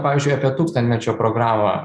pavyzdžiui apie tūkstantmečio programą